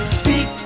speak